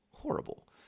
horrible